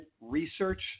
Research